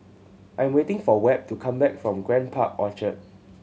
I am waiting for Webb to come back from Grand Park Orchard